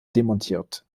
demontiert